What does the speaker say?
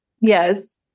Yes